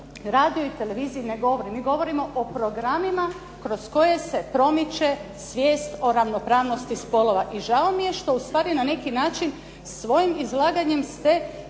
radio i televiziji ne govori, mi govorim o programima kroz koje se promiče svijest o ravnopravnosti spolova i žao mi je što ustvari na neki način svojim izlaganjem ste